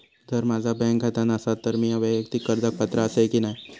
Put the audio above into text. जर माझा बँक खाता नसात तर मीया वैयक्तिक कर्जाक पात्र आसय की नाय?